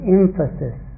emphasis